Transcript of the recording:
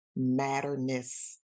matterness